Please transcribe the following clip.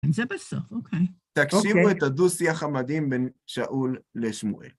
וזה בסוף, אוקיי. תקשיבו את הדו שיח המדהים בין שאול לשמואל.